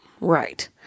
Right